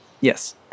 Yes